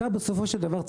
בסופו של דבר,